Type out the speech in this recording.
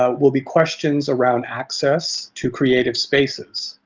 ah will be questions around access to creative spaces.